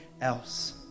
else